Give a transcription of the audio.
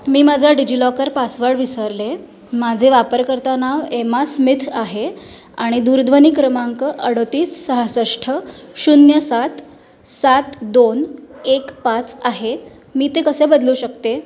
मी माझा DigiLocker password विसरले माझे वापरकर्ता नाव एमा स्मिथ आहे आणि दूरध्वनी क्रमांक अडतीस सहासष्ट शून्य सात सात दोन एक पाच आहे मी ते कसे बदलू शकते